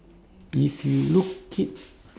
if you look it